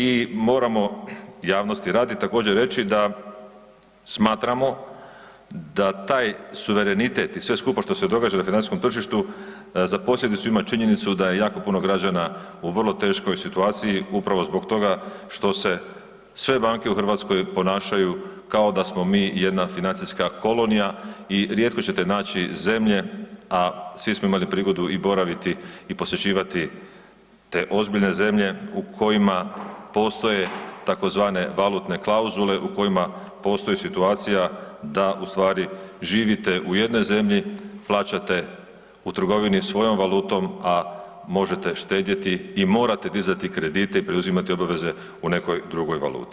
I moramo javnosti radi također reći da smatramo da taj suverenitet i sve skupa što se događa na financijskom tržištu za posljedicu ima činjenicu da je jako puno građana u vrlo teškoj situaciji upravo zbog toga što se sve banke u Hrvatskoj ponašaju kao da smo mi jedna financijska kolonija i rijetko ćete naći zemlje, a svi smo imali prigodu i boraviti i posjećivati te ozbiljne zemlje u kojima postoje tzv. valutne klauzule, u kojima postoji situacija da ustvari živite u jednoj zemlji, plaćate u trgovini svojom valutom, a možete štedjeti i morate dizati kredite i preuzimati obveze u nekoj drugoj valuti.